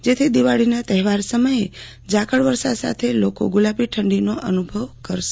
જેથી દિવાળીના તહેવાર સમયે જ ઝાકળવર્ષા સાથે લોકો ગુલાબી ઠંડીનો ચમકારો અનુભવશે